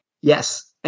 Yes